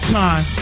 time